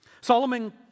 Solomon